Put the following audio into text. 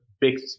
big